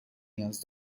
نیاز